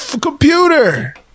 computer